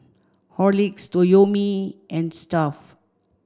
Horlicks Toyomi and Stuff'd